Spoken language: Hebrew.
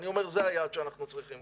ואני אומר שזה היעד שאנחנו צריכים.